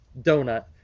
donut